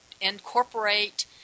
incorporate